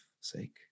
sake